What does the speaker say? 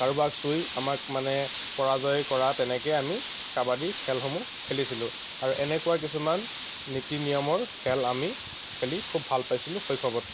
কাৰোবাক চুই আমাক মানে পৰাজয় কৰা তেনেকে আমি কাবাডী খেলসমূহ খেলিছিলোঁ আৰু এনেকুৱা কিছুমান নীতি নিয়মৰ খেল আমি খেলি খুব ভাল পাইছিলোঁ শৈশৱত